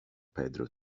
pedro